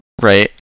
Right